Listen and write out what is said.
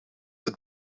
het